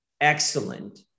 excellent